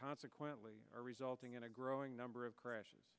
consequently are resulting in a growing number of crashes